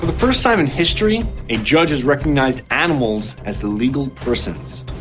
first time in history a judge has recognised animals as legal persons.